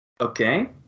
Okay